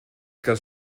que